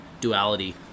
duality